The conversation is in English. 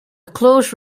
close